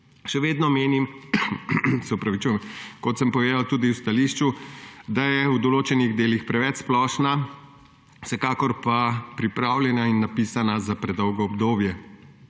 Še vedno menim, kot sem povedal tudi v stališču, da je na določenih delih preveč splošna, vsekakor pa pripravljena in napisana za predolgo obdobje,